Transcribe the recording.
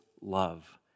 love